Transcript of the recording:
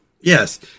Yes